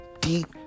deep